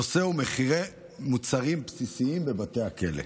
הנושא הוא מחירי מוצרים בסיסיים בבתי הכלא.